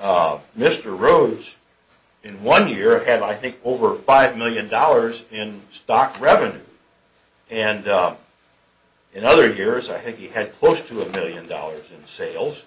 of mr rose in one year and i think over five million dollars in stock revenue and up in other years i think he had close to a billion dollars in sales